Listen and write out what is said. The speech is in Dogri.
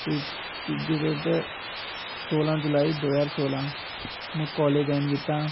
ते तीजी डेट सोलां जुलाई दो ज्हार सोलां में कॉलेज़ जायन कीता